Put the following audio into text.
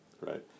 Right